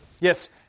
yes